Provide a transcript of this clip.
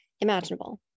imaginable